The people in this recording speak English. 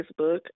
Facebook